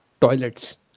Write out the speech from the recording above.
toilets